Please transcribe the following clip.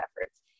efforts